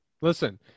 Listen